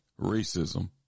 racism